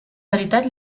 veritat